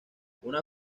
una